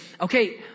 okay